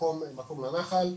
מקום לנחל.